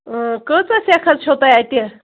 کۭژاہ سٮ۪کھ حظ چھَو تۅہہِ اَتہِ